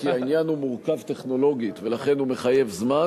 כי העניין מורכב טכנולוגית ולכן הוא מחייב זמן,